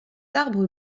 arbre